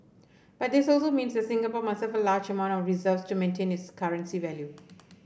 but this also means that Singapore must have a large amount of reserves to maintain its currency value